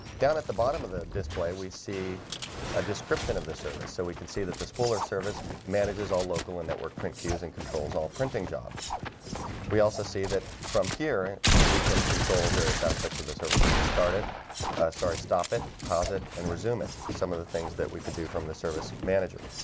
down at the bottom of the display. we see a description of the service so we can see that the spooler service manages all local and network print queues and controls all printing jobs we also see that from here and we can control various aspects of the service we can start it sorry, stop it pause it and resume it some of the things that we could do from the service manager